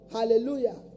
Hallelujah